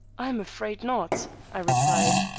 i am afraid not, i replied.